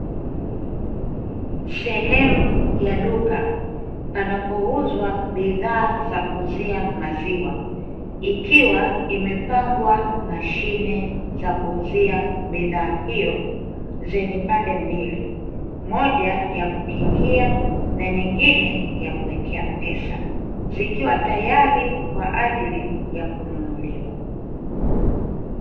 Sehemu ya duka panapouzwa bidhaa za kuuzia maziwa ikiwa zimepangwa mashine za kuuzia bidhaa hiyo yenye pande mbili moja ya kukingia na nyingine ya kuekea pesa zikiwa tayari kwa ajili ya kununuliwa.